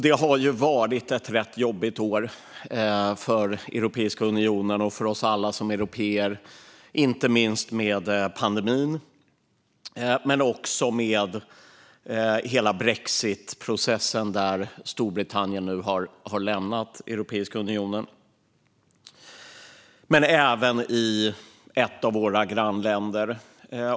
Det har varit ett rätt jobbigt år för Europeiska unionen och för oss alla som européer, inte minst med pandemin och hela brexitprocessen, som ledde till att Storbritannien nu har lämnat Europeiska unionen, men även situationen i ett av våra grannländer.